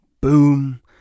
boom